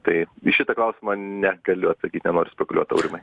tai į šitą klausimą negaliu atsakyti nenoriu spekuliuot aurimai